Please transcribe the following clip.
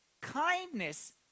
Kindness